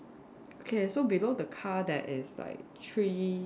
K so below the car there is like three